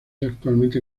actualmente